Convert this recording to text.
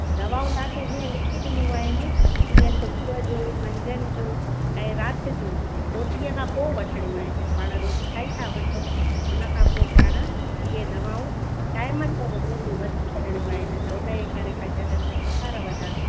दवाऊं तव्हांखे जीअं लिखी ॾिनियूं आहिनि ईअं सुबुह जो मंझंदि जो ऐं राति जो रोटीअ खां पोइ वठणियूं आहिनि पाण रोटी खाई था वठूं उन खां पोइ पाेइ दवाऊं टाइम ते वठिणी छॾिणियूं आहिनि त उन ई करे पंहिंजा डंद सुठा रहंदा